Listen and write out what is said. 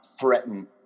threaten